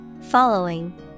Following